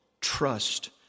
Trust